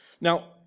Now